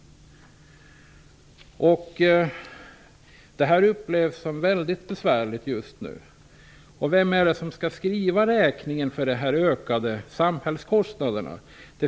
Detta upplevs som mycket besvärligt just nu. Vem skall skriva räkningen för de ökade samhällskostnaderna?